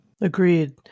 Agreed